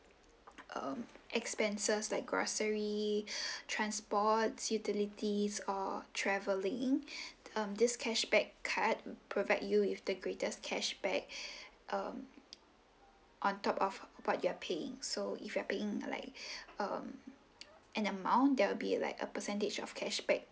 um expenses like grocery transport utilities or travelling um this cashback card provide you with the greatest cashback um on top of what you are paying so if you are paying like um an amount there will be like a percentage of cashback